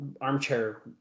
armchair